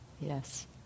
yes